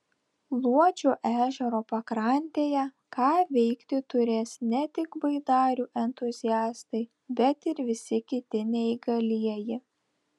luodžio ežero pakrantėje ką veikti turės ne tik baidarių entuziastai bet ir visi kiti neįgalieji